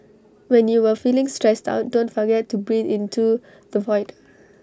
when you are feeling stressed out don't forget to breathe into the void